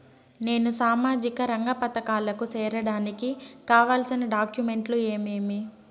నేను సామాజిక రంగ పథకాలకు సేరడానికి కావాల్సిన డాక్యుమెంట్లు ఏమేమీ?